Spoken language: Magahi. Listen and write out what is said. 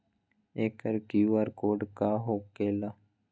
एकर कियु.आर कोड का होकेला?